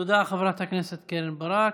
תודה, חברת הכנסת קרן ברק.